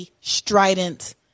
strident